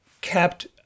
kept